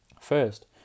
First